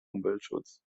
umweltschutz